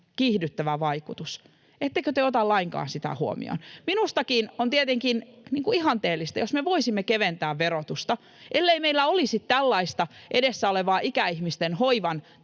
kiihdyttävä vaikutus, ettekö te ota sitä lainkaan huomioon? Minustakin olisi tietenkin ihanteellista, jos me voisimme keventää verotusta, ellei meillä olisi tällaista edessä olevaa ikäihmisten hoivan